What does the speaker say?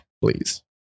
please